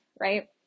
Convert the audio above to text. right